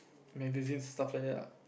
magazines stuff like that lah